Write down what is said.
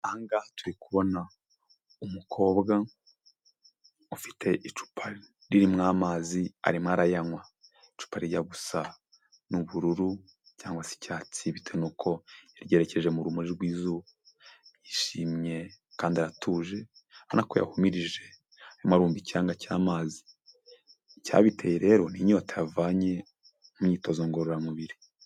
Aha ngaha turi kubona umukobwa ufite icupa ririmo amazi arimo arayanywa. icupari rirya gusa n'ubururu cyangwa se icyatsi bitewe n'uko yaryerekeje mu rumuri rw'izuba, yishimye kandi atuje urabona ko yahumirije arimo kumva icyannga cy'amazi, icyabiteye rero n'inyota yavanye mu imyitozo ngororamubiri.